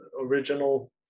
original